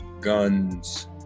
guns